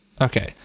okay